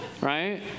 right